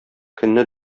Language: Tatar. көнне